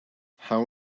how